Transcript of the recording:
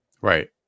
Right